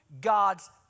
God's